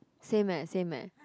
same eh same eh